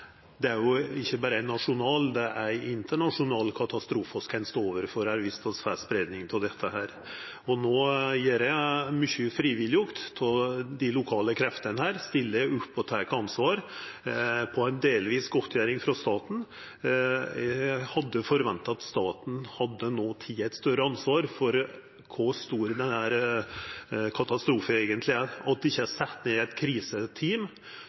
Det er jo ikkje berre ein nasjonal katastrofe, det er ein internasjonal katastrofe vi kan stå overfor viss vi får spreiing av dette. No vert det gjort mykje frivillig av dei lokale kreftene, som stiller opp og tek ansvar mot ei delvis godtgjering frå staten. Eg hadde forventa at staten hadde teke eit større ansvar for kor stor denne katastrofen eigentleg er, og at det hadde vore sett ned eit kriseteam.